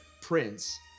Prince